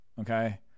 Okay